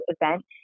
event